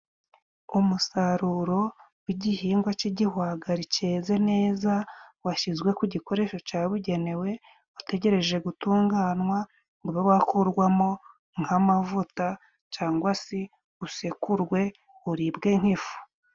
Umusaruro w'igihingwa c'igihwagari ceze neza washizwe ku gikoresho cabugenewe utegereje gutunganwa ube wakurwamo nk'amavuta cangwa si usekurwe uribwe nk'ifu.